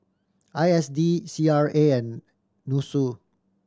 I S D C R A and NUSSU